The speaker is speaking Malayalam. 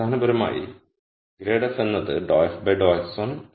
അടിസ്ഥാനപരമായി ∇ എന്നത് ∂f ∂x1 ∂f ∂x2 ആണ്